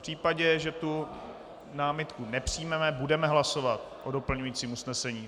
V případě, že námitku nepřijmeme, budeme hlasovat o doplňujícím usnesení.